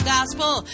gospel